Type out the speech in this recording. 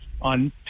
on